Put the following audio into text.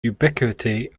ubiquity